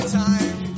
time